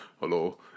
hello